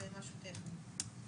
זה משהו טכני.